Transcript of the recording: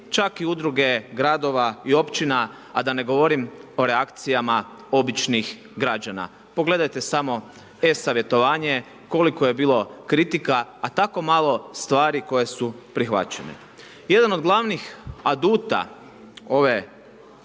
čak i udruge gradova i općina, a da ne govorim o reakcijama običnih građana. Pogledajte samo e-savjetovanje, koliko je bilo kritika, a tako malo stvari koje su prihvaćene. Jedan od glavnih aduta ove